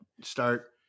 start